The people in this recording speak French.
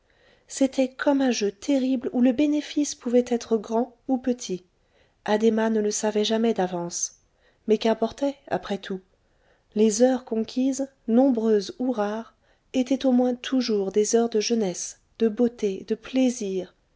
c'était comme un jeu terrible où le bénéfice pouvait être grand ou petit addhéma ne le savait jamais d'avance mais qu'importait après tout les heures conquises nombreuse ou rares étaient au moins toujours des heures de jeunesse de beauté de plaisir